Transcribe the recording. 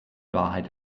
wahrheit